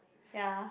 ya